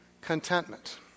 contentment